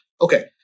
Okay